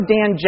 Dan